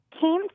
came